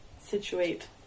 situate